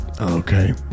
Okay